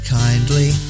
kindly